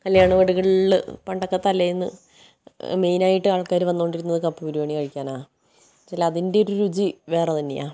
കല്ല്യാണ വിടുകളിൽ പണ്ടൊക്കെ തലേന്ന് മെയിനായിട്ട് ആള്ക്കാർ വന്നുകൊണ്ടിരുന്നത് കപ്പ ബിരിയാണി കഴിക്കാനാണ് അതിന്റെ ഒരു രുചി വേറെ തന്നെയാണ്